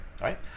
right